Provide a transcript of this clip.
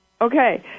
Okay